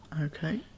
Okay